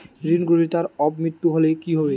ঋণ গ্রহীতার অপ মৃত্যু হলে কি হবে?